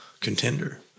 contender